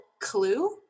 clue